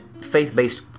faith-based